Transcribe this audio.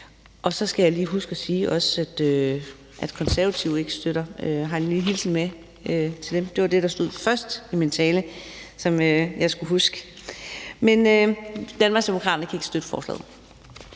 Og så skal jeg lige huske at sige, at Konservative ikke støtter det. Jeg har en lille hilsen med fra dem. Det var det, der stod først i min tale, og som jeg skulle huske at sige. Danmarksdemokraterne kan ikke støtte forslaget.